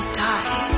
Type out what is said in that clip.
die